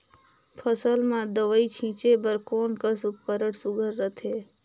फसल म दव ई छीचे बर कोन कस उपकरण सुघ्घर रथे?